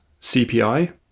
cpi